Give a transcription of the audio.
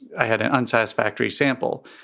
i had an unsatisfactory sample.